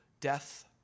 death